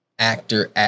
actor